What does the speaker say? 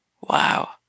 Wow